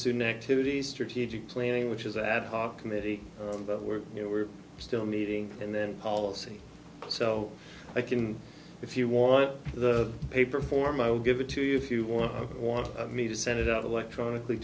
soon activities strategic planning which is ad hoc committee were you know we're still meeting and then policy so i can if you want the paper form i'll give it to you if you want want me to send it out electronically